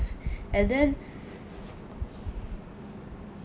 and then